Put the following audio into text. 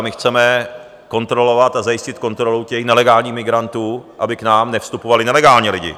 My chceme kontrolovat a zajistit kontrolu nelegálních migrantů, aby k nám nevstupovali nelegálně lidi.